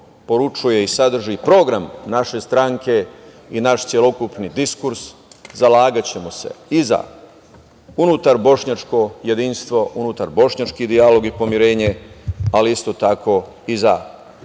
poručuje i sadrži program naše stranke i naš celokupni diskurs, zalagaćemo se i za unutarbošnjačko jedinstvo, unutarbošnjački dijalog i pomirenje, ali isto tako i za